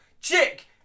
Chick